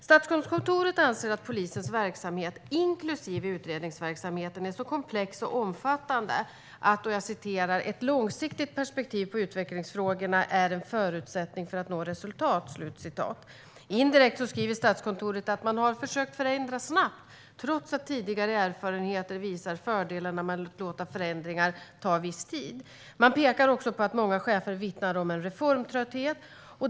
Statskontoret anser att polisens verksamhet, inklusive utredningsverksamheten, är så komplex och omfattande att "ett långsiktigt perspektiv på utvecklingsfrågorna är en förutsättning för att nå resultat". Indirekt skriver Statskontoret att man försökt förändra snabbt, trots att tidigare erfarenheter visar fördelarna med att låta ett förändringsarbete ta viss tid. Man pekar också på att många chefer vittnar om en reformtrötthet.